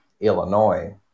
Illinois